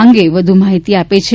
આ અંગે વધ્ માહિતી આપે છે